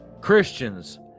Christians